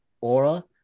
aura